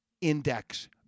index